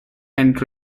end